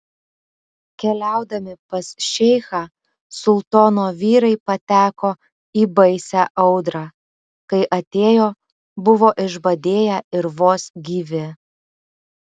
keliaudami pas šeichą sultono vyrai pateko į baisią audrą kai atėjo buvo išbadėję ir vos gyvi